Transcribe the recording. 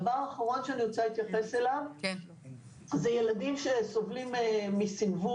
הדבר האחרון שאני רוצה להתייחס אליו זה ילדים שסובלים מסנוור,